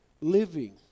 living